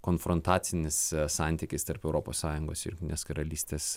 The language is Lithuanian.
konfrontacinis santykis tarp europos sąjungos ir jungtinės karalystės